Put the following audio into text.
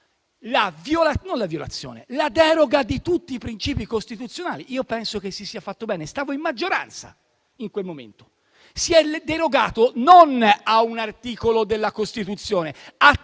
la deroga di tutti i principi costituzionali? Penso che si sia fatto bene, e stavo in maggioranza in quel momento: si è derogato non a un articolo della Costituzione,